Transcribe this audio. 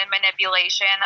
manipulation